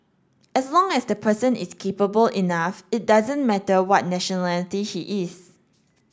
as long as the person is capable enough it doesn't matter what nationality he is